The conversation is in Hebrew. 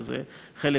וזה חלק